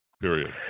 period